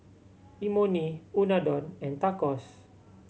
Imoni Unadon and Tacos